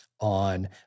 on